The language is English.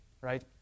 right